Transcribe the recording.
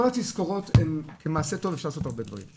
כל התזכורות הן כמעשה טוב אפשר לעשות הרבה דברים,